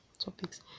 topics